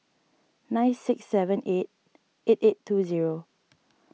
nine six seven eight eight eight two zero